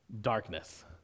darkness